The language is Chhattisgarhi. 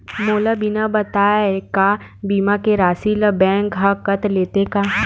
मोला बिना बताय का बीमा के राशि ला बैंक हा कत लेते का?